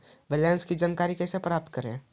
Balance की जानकारी कैसे प्राप्त करे?